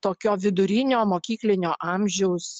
tokio vidurinio mokyklinio amžiaus